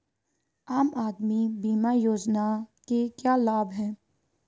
आम आदमी बीमा योजना के क्या लाभ हैं?